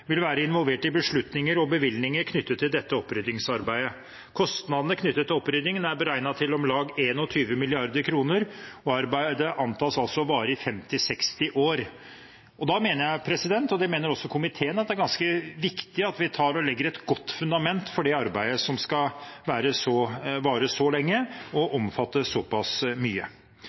vil være involvert i beslutninger og bevilgninger knyttet til dette oppryddingsarbeidet. Kostnadene knyttet til oppryddingen er beregnet til om lag 21 mrd. kr, og arbeidet antas å vare i 50–60 år. Da mener jeg, og det mener også komiteen, at det er ganske viktig at vi legger et godt fundament for det arbeidet som skal vare så lenge og omfatte såpass mye.